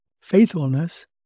faithfulness